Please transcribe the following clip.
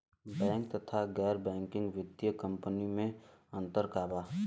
Bank तथा गैर banking वित्तीय कम्पनीयो मे अन्तर का बा?